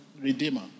redeemer